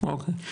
אוקי.